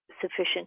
sufficient